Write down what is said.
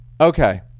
Okay